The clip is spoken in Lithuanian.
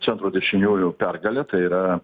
centro dešiniųjų pergalė tai yra